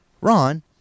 Ron